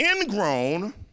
ingrown